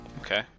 Okay